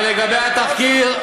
אבל לגבי התחקיר,